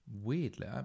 Weirdly